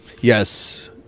Yes